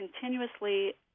continuously